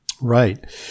Right